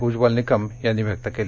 उज्ज्वल निकम यांनी व्यक्त केली